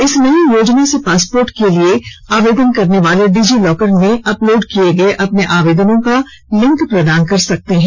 इस नई योजना से पासपोर्ट के लिए आवेदन करने वाले डिजी लॉकर में अपलोड किए गए अपने दस्तावेजों का लिंक प्रदान कर सकते हैं